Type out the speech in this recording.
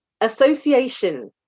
association